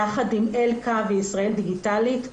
יחד עם אלכא וישראל דיגיטלית,